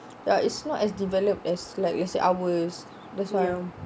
ya it's not as developed as like as ours that's why lor